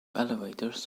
elevators